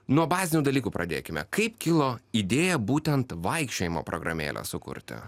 nuo bazinių dalykų pradėkime kaip kilo idėja būtent vaikščiojimo programėlę sukurti